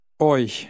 Euch